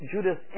Judas